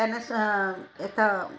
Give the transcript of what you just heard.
पॅनास येता